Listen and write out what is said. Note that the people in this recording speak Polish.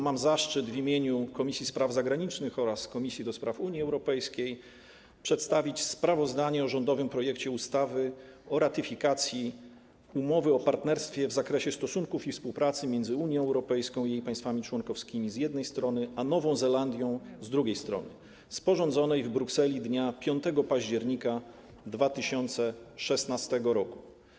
Mam zaszczyt w imieniu Komisji Spraw Zagranicznych oraz Komisji do Spraw Unii Europejskiej przedstawić sprawozdanie o rządowym projekcie ustawy o ratyfikacji Umowy o partnerstwie w zakresie stosunków i współpracy między Unią Europejską i jej państwami członkowskimi, z jednej strony, a Nową Zelandią, z drugiej strony, sporządzonej w Brukseli dnia 5 października 2016 r.